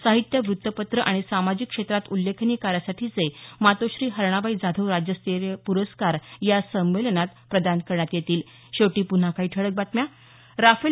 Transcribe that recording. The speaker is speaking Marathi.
साहित्य वृत्तपत्र आणि सामाजिक क्षेत्रात उल्लेखनीय कार्यासाठीचे मातोश्री हरणाबाई जाधव राज्यस्तरीय पुरस्कार या संमेलनात प्रदान करण्यात येतील